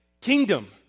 kingdom